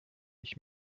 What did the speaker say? ich